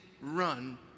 run